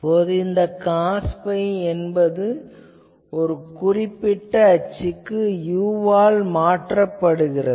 இப்போது இந்த cos phi என்பது ஒரு குறிப்பிட்ட அச்சுக்கு இது u ஆல் மாற்றப்படுகிறது